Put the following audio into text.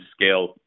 scale